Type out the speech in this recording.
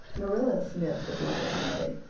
marilla sniffed obligingly,